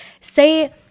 say